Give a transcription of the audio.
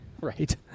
Right